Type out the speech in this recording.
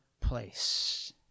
place